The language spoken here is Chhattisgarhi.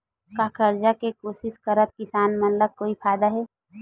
का कर्जा ले के कोशिश करात किसान मन ला कोई फायदा हे?